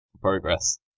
Progress